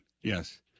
yes